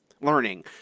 learning